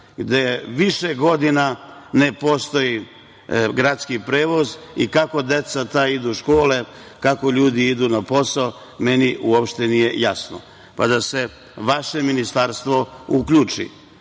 gde više godina ne postoji gradski prevoz i kako ta deca idu u škole, kako ljudi idu na posao meni uopšte nije jasno, pa da se vaše ministarstvo uključi.